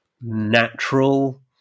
natural